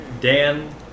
Dan